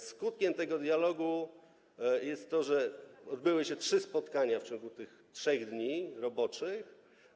Skutkiem tego dialogu jest to, że odbyły się trzy spotkania w ciągu tych 3 dni roboczych.